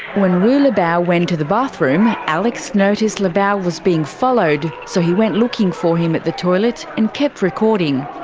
when wu lebao went to the bathroom, alex noticed lebao was being followed, so he went looking for him at the toilet, and kept recording.